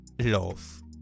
love